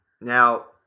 Now